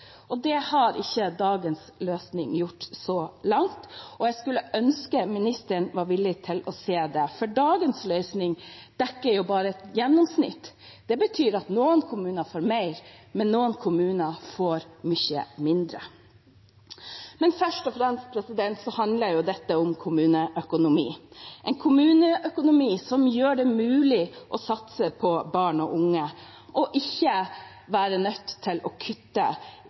Det har ikke dagens løsning gjort så langt, og jeg skulle ønske ministeren var villig til å se det. For dagens løsning dekker bare et gjennomsnitt, og det betyr at noen kommuner får mer, mens andre kommuner får mye mindre. Først og fremst handler dette om kommuneøkonomi, en kommuneøkonomi som gjør det mulig å satse på barn og unge, slik at en ikke er nødt til å kutte